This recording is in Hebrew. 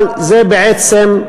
אבל זה בעצם,